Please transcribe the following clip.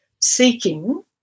seeking